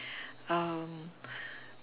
um